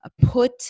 put